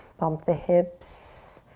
bump the hips